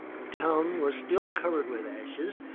the town was still covered with ashes,